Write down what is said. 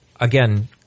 again